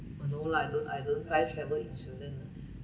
no lah I don't I don't buy travel insurance lah